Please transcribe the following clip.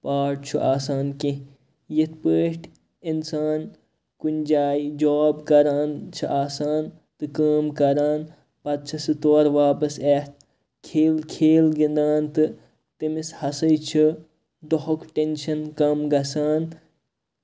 part چھُ آسان کیٚنٛہہ یِتھٕ پٲٹھۍ اِنسان کُنہِ جایہِ جاب کران چھُ آسان تہٕ کٲم کران پَتہٕ چھُ سُہ تورٕ واپَس یتھ کھیل گِنٛدان تہٕ تٔمِس ہسَے چھُ دۅہُک ٹینٛشَن کَم گژھان